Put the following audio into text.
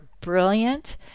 brilliant